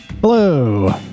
Hello